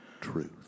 truth